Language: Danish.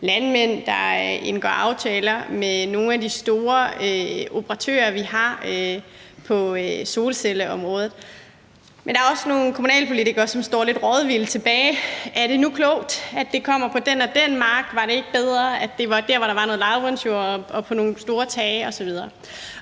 landmænd, der indgår aftaler med nogle af de store operatører, vi har på solcelleområdet, men der er også nogle kommunalpolitikere, som står lidt rådvilde tilbage og spørger: Er det nu klogt, at det kommer på den og den mark? Var det ikke bedre, at det var der, hvor der var nogle lavbundsjorde, og på nogle store tage osv.?